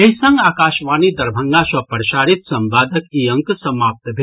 एहि संग आकाशवाणी दरभंगा सँ प्रसारित संवादक ई अंक समाप्त भेल